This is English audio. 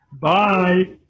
Bye